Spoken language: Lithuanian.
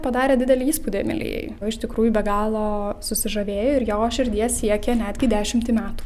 padarė didelį įspūdį emilijai o iš tikrųjų be galo susižavėjo ir jo širdies siekė netgi dešimtį metų